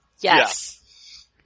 Yes